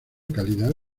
calidad